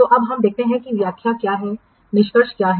तो अब हम देखते हैं कि व्याख्या क्या है निष्कर्ष क्या है